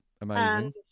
amazing